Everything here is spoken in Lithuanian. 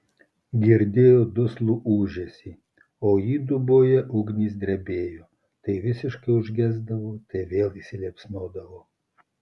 girdėjo duslų ūžesį o įduboje ugnys drebėjo tai visiškai užgesdavo tai vėl įsiliepsnodavo